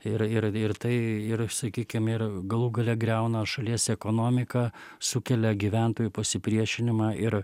ir ir ir tai ir sakykim ir galų gale griauna šalies ekonomiką sukelia gyventojų pasipriešinimą ir